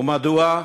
ומדוע?